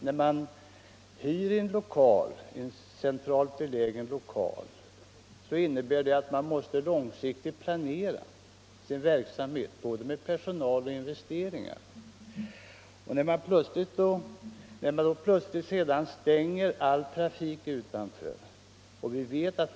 När man hyr en lokal i en centralt belägen fastighet innebär det, som fru Olsson förstår, att man måste långsiktigt planera sin verksamhet vad gäller både personal och investeringar. Om sedan all trafik stängs av utanför lokalen, blir situationen plötsligt förändrad.